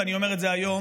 ואני אומר את זה היום,